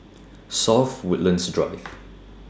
South Woodlands Drive